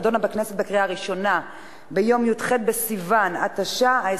נדונה בכנסת בקריאה ראשונה ביום י"ח בסיוון התשע"א,